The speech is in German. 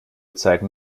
zeigen